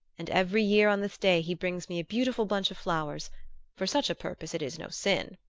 and every year on this day he brings me a beautiful bunch of flowers for such a purpose it is no sin,